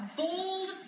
bold